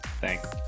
Thanks